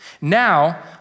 Now